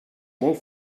molt